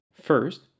First